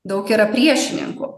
daug yra priešininkų